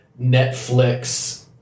Netflix